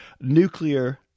nuclear